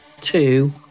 two